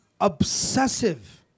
obsessive